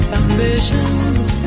ambitions